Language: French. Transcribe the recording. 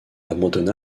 abandonna